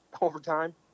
overtime